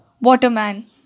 Waterman